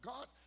God